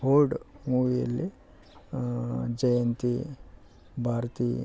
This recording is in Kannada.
ಹೋಲ್ಡ್ ಮೂವಿಯಲ್ಲಿ ಜಯಂತಿ ಭಾರತಿ